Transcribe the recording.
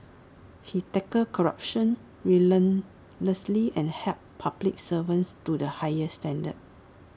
he tackled corruption relentlessly and held public servants to the highest standards